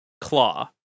Claw